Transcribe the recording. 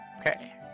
Okay